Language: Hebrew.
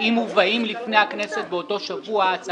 אם מובאים לפני הכנסת באותו שבוע הצעה